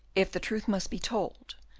if the truth must be told,